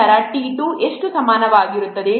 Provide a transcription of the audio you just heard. ನಂತರ t 2 ಎಷ್ಟು ಸಮಾನವಾಗಿರುತ್ತದೆ